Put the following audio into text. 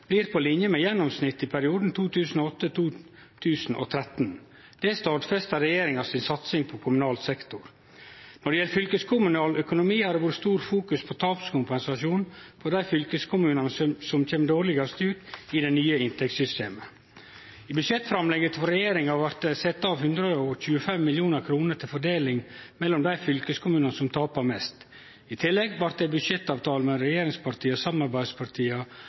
blir på linje med gjennomsnittet i perioden 2008–2013. Det stadfestar regjeringa si satsing på kommunal sektor. Når det gjeld fylkeskommunal økonomi, har det vore stort fokus på tapskompensasjon for dei fylkeskommunane som kjem dårlegast ut i det nye inntektssystemet. I budsjettframlegget frå regjeringa blei det sett av 125 mill. kr til fordeling mellom dei fylkeskommunane som taper mest. I tillegg blei det i budsjettavtalen mellom regjeringspartia og samarbeidspartia